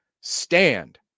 stand